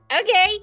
Okay